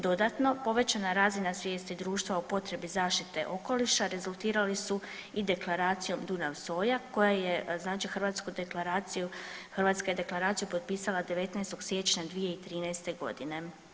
Dodatno, povećana razina svijesti društva o potrebi zaštite okoliša rezultirali su i Deklaracijom Dunav Soja koja je znači hrvatsku deklaraciju, Hrvatska je deklaraciju potpisala 19. siječnja 2013. godine.